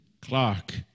Clark